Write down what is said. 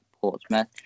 Portsmouth